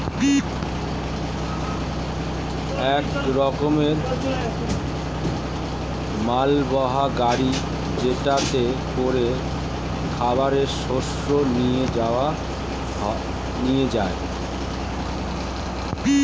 এক রকমের মালবাহী গাড়ি যেটাতে করে খাবার শস্য নিয়ে যায়